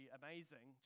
amazing